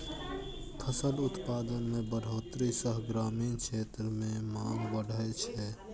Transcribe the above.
फसल उत्पादन मे बढ़ोतरी सं ग्रामीण क्षेत्र मे मांग बढ़ै छै